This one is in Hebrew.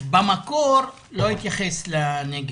במקור לא התייחס לנגב.